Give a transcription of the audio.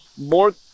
more